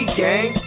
gang